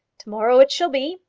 to-morrow it shall be,